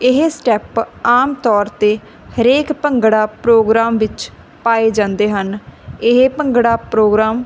ਇਹ ਸਟੈਪ ਆਮ ਤੌਰ 'ਤੇ ਹਰੇਕ ਭੰਗੜਾ ਪ੍ਰੋਗਰਾਮ ਵਿੱਚ ਪਾਏ ਜਾਂਦੇ ਹਨ ਇਹ ਭੰਗੜਾ ਪ੍ਰੋਗਰਾਮ